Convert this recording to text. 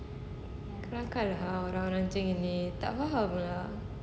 ya kan orang-orang chinese tak faham lah